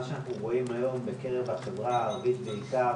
מה שאנחנו רואים היום בקרב החברה הערבית בעיקר,